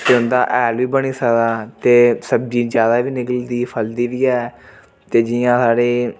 ते उं'दा हैल बी बनी सकदा ते सब्जी ज्यादा बी निकलदी फलदी बी ऐ ते जियां साढ़े